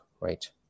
right